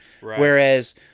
Whereas